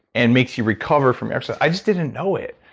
and makes you recover from exercise. i just didn't know it.